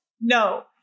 no